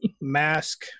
Mask